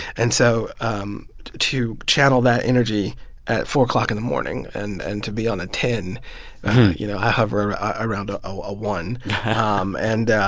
and so um to channel that energy at four o'clock in the morning and and to be on a ten you know, i hover around a ah one um and